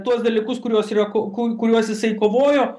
tuos dalykus kuriuos yra ko ku kuriuos jisai kovojo